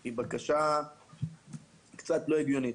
היא בקשה קצת לא הגיונית.